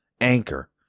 Anchor